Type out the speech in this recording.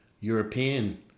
European